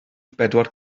bedwar